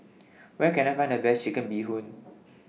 Where Can I Find The Best Chicken Bee Hoon